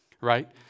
right